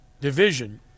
Division